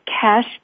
cash